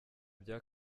bya